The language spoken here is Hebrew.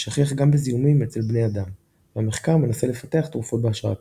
השכיח גם בזיהומים אצל בני אדם והמחקר מנסה לפתח תרופות בהשראתם.